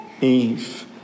Eve